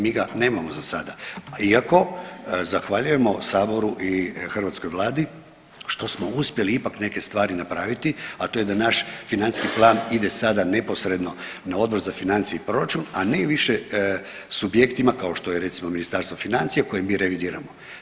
Mi ga nemamo za sada iako zahvaljujemo Saboru i hrvatskoj Vladi što smo uspjeli ipak neke stvari napraviti, a to je da naš financijski plan ide sada neposredno na Odbor za financije i proračun, a ne više subjektima kao što je recimo, Ministarstvo financija koje mi revidiramo.